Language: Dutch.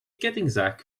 kettingzaag